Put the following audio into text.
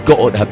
God